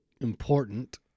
important